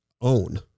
own